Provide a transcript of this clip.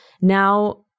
now